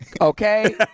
Okay